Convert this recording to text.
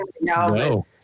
No